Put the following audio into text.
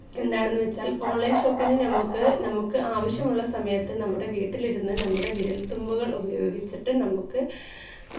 എന്താണെന്നു വച്ചാൽ online shopping നമ്മൾക്ക് നമുക്കാവിശ്യമുള്ള സമയത്ത് നമ്മുടെ വീട്ടിലിരുന്ന് നമ്മുടെ വിരൽത്തുമ്പുകൾ ഉപയോഗിച്ചിട്ട് നമുക്ക്